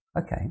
Okay